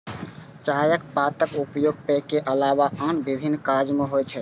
चायक पातक उपयोग पेय के अलावा आन विभिन्न काज मे होइ छै